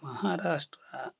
Maharashtra